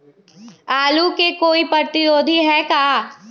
आलू के कोई प्रतिरोधी है का?